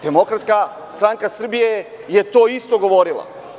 Demokratska stranka Srbije je to isto govorila.